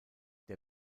der